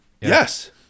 Yes